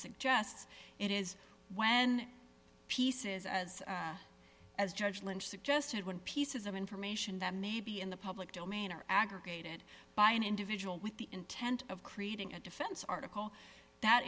suggests it is when pieces as as judge lynch suggested when pieces of information that may be in the public domain are aggregated by an individual with the intent of creating a defense article that